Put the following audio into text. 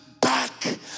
back